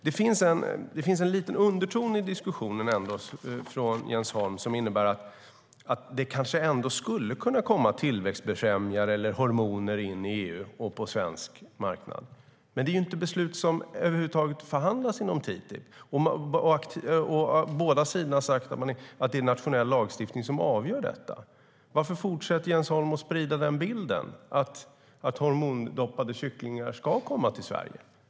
Det finns en liten underton i diskussionen från Jens Holm som innebär att det kanske ändå skulle kunna komma tillväxtbefrämjare eller hormoner in i EU och på svensk marknad. Men det är ju inte beslut som över huvud taget förhandlas inom TTIP, och båda sidor har sagt att det är nationell lagstiftning som avgör detta. Varför fortsätter Jens Holm att sprida bilden att hormondoppade kycklingar ska komma till Sverige?